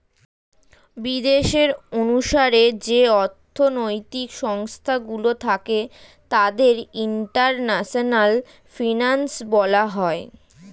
বিদেশের অনুসারে যে অর্থনৈতিক সংস্থা গুলো থাকে তাদের ইন্টারন্যাশনাল ফিনান্স বলা হয়